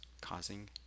causing